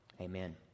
Amen